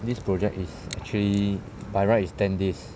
this project is actually by right is ten days